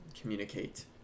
communicate